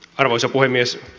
arvoisa puhemies